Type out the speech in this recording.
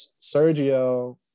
Sergio